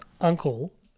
Uncle